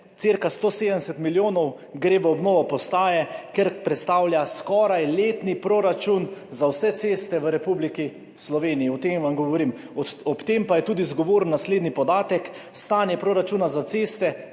170 milijonov gre v obnovo postaje, kar predstavlja skoraj letni proračun za vse ceste v Republiki Sloveniji, o tem vam govorim. Ob tem pa je tudi zgovoren naslednji podatek, stanje proračuna za ceste